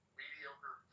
mediocre